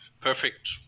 perfect